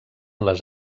les